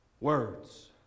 Words